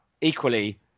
equally